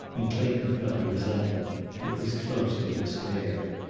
and clayton felt a resentment that was close to despair.